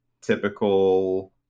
typical